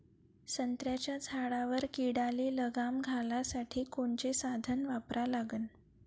संत्र्याच्या झाडावर किडीले लगाम घालासाठी कोनचे साधनं वापरा लागन?